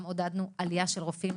גם עודדנו עלייה של רופאים.